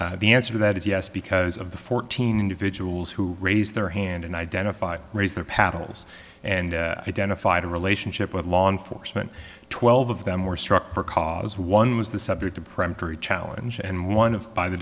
yes the answer to that is yes because of the fourteen individuals who raised their hand and identified raise their paddles and identified a relationship with law enforcement twelve of them were struck for cause one was the subject of primary challenge and one of by the